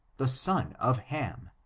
the son of ham,